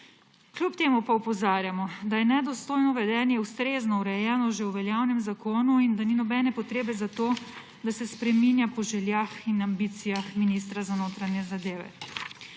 Kljub temu pa opozarjamo, da je nedostojno vedenje ustrezno urejeno že v veljavnem zakonu in da ni nobene potrebe za to, da se spreminja po željah in ambicijah ministra za notranje zadeve.